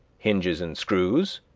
hinges and screws.